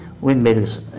windmills